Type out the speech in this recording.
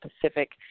Pacific